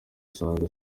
usanga